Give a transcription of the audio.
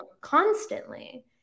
constantly